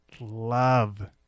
love